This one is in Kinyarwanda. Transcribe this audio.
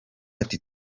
ati